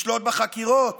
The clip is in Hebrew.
לשלוט בחקירות